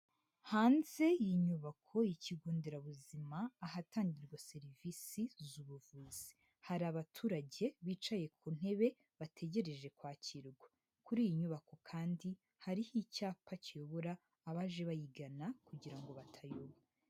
Hanze y'inyubako ikigo nderabuzima ahatangirwa serivisi z'ubuvuzi. Hari abaturage bicaye ku ntebe bategereje kwakirwa. Kuri iyi nyubako kandi hariho icyapa kiyobora abaje bayigana kugira ngo batayoba.